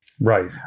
Right